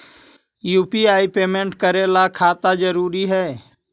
UPI payment करे ला खाता जरूरी है?